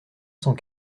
cent